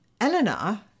Eleanor